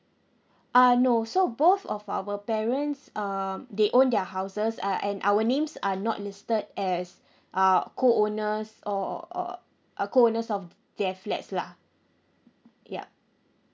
uh no so both of our parents um they own their houses uh and our names are not listed as uh co owners or or or are co owners of th~ their flats lah ya